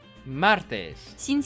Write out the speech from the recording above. Martes